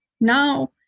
now